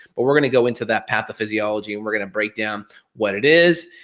but we're gonna go into that path to physiology and we're gonna break down what it is,